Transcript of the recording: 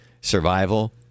survival